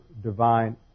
divine